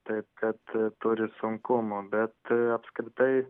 taip kad turi sunkumų bet apskritai